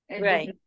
Right